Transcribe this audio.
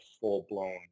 full-blown